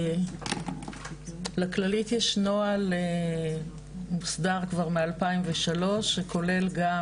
לכללית יש נוהל מוסדר כבר מ-2003 שכולל גם